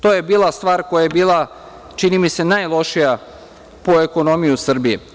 To je bila stvar koja je bila, čini mi se, najlošija po ekonomiju Srbije.